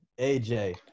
AJ